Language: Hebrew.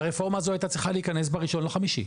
והרפורמה הזאת הייתה צריכה להכניס ב-1 במאי.